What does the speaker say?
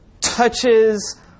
touches